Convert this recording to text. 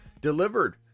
delivered